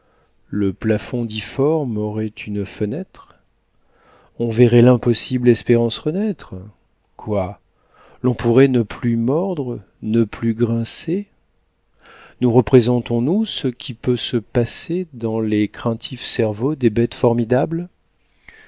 le plafond difforme aurait une fenêtre on verrait l'impossible espérance renaître quoi l'on pourrait ne plus mordre ne plus grincer nous représentons nous ce qui peut se passer dans les craintifs cerveaux des bêtes formidables